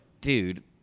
dude